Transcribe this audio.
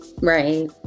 Right